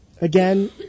again